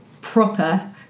proper